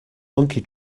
monkey